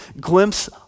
glimpse